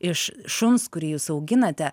iš šuns kurį jūs auginate